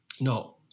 No